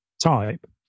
type